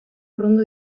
urrundu